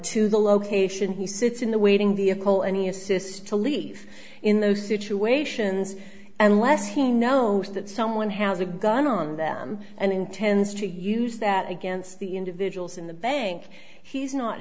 to the location he sits in the waiting the a call any assist to leave in those situations and less he knows that someone has a gun on them and intends to use that against the individuals in the bank he's not